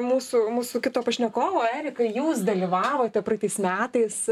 mūsų mūsų kito pašnekovo erikai jūs dalyvavote praeitais metais